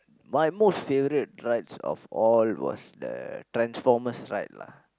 my most favourite rides of all was the Transformers ride lah